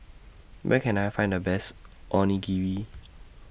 Where Can I Find The Best Onigiri